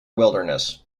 wilderness